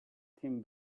thin